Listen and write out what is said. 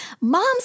Moms